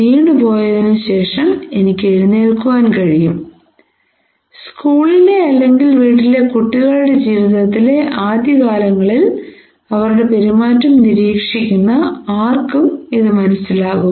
വീണുപോയതിനുശേഷം എനിക്ക് എഴുന്നെല്കുവാൻ കഴിയും സ്കൂളിലെ അല്ലെങ്കിൽ വീട്ടിലെ കുട്ടികളുടെ ജീവിതത്തിലെ ആദ്യകാലങ്ങളിൽ അവരുടെ പെരുമാറ്റം നിരീക്ഷിക്കുന്ന ആര്ക്കും ഇത് മനസിലാകും